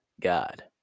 God